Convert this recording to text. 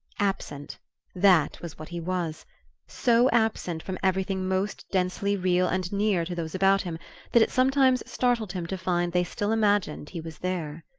absent that was what he was so absent from everything most densely real and near to those about him that it sometimes startled him to find they still imagined he was there.